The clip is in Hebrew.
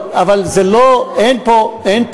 לא, אבל אין פה כוונה.